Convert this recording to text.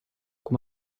kui